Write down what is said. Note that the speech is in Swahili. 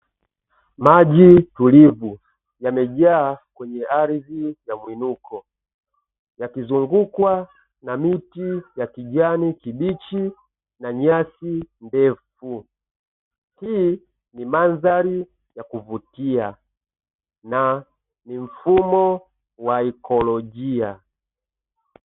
Maji tulivu yamejaa kwenye ardhi ya mwinuko, yakizungukwa na miti ya kijani kibichi na nyasi ndefu. Hii ni mandhari ya kuvutia na ni mfumo wa ikolojia.